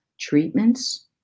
treatments